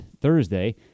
Thursday